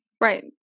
right